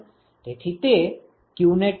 તેથી તે QnetAiFijJi Jj છે